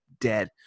dead